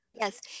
Yes